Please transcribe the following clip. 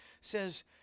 says